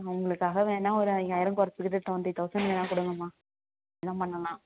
உங்களுக்காக வேணால் ஒரு ஐயாயிரம் கொறச்சுக்கிட்டு ட்வெண்ட்டி தௌசண்ட் வேணால் கொடுங்கம்மா இதுதான் பண்ணலாம்